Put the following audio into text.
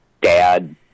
dad